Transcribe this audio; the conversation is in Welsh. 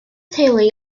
teulu